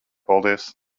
paldies